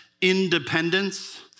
independence